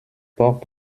portes